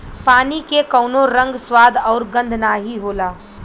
पानी के कउनो रंग, स्वाद आउर गंध नाहीं होला